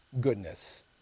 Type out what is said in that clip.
goodness